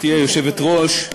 גברתי היושבת-ראש,